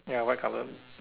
ya white colour